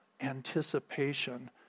anticipation